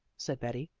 said betty.